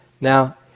now